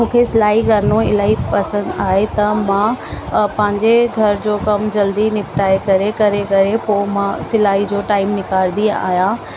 मूंखे सिलाई करिणो इलाही पसंदि आहे त मां पंहिंजे घर जो कमु जल्दी निपटाए करे करे करे पोइ मां सिलाई जो टाईम निकारदी आहियां